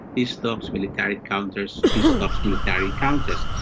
peace talks, military encounters, peace talks, military encounters.